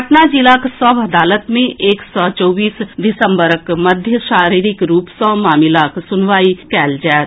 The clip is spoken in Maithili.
पटना जिलाक सभ अदालत मे एक सँ चौबीस दिसम्बरक मध्य शारीरिक रूप सऽ मामिलाक सुनवाई कयल जाएत